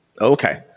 Okay